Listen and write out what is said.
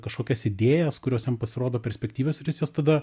kažkokias idėjas kurios jam pasirodo perspektyvios ir jis jas tada